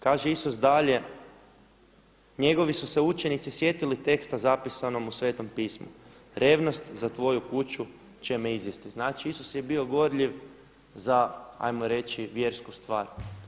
Kaže Isus dalje, njegovi su se učenici sjetili teksta zapisanom u Svetom pismu: „revnost za tvoju kuću će me izjesti.“ Znači Isus je bio gorljiv za hajmo reći vjersku stvar.